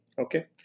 Okay